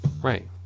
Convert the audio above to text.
right